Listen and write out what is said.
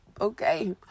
Okay